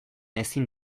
ezin